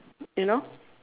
you know